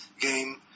game